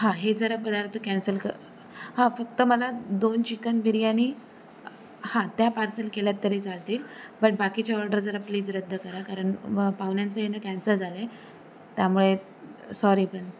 हां हे जरा पदार्थ कॅन्सल क हां फक्त मला दोन चिकन बिर्याणी हां त्या पार्सल केल्यात तरी चालतील बट बाकीची ऑर्डर जरा प्लीज रद्द करा कारण पाहुण्यांचं येणं कॅन्सल झालं आहे त्यामुळे सॉरी पण